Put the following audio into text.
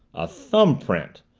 a thumb-print,